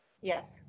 Yes